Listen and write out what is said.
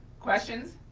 questions?